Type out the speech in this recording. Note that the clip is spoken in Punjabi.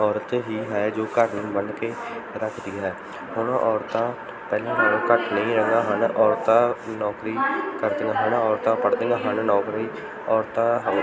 ਔਰਤ ਹੀ ਹੈ ਜੋ ਘਰ ਨੂੰ ਬੰਨ੍ਹ ਕੇ ਰੱਖਦੀ ਹੈ ਹੁਣ ਔਰਤਾਂ ਪਹਿਲਾਂ ਨਾਲੋਂ ਘੱਟ ਨਹੀਂ ਰਹੀਆਂ ਹਨ ਔਰਤਾਂ ਨੌਕਰੀ ਕਰਦੀਆਂ ਹਨ ਔਰਤਾਂ ਪੜ੍ਹਦੀਆਂ ਹਨ ਨੌਕਰੀ ਔਰਤਾਂ